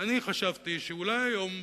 אני חשבתי שאולי היום,